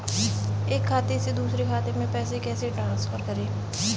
एक खाते से दूसरे खाते में पैसे कैसे ट्रांसफर करें?